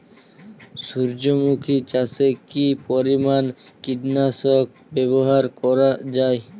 সূর্যমুখি চাষে কি পরিমান কীটনাশক ব্যবহার করা যায়?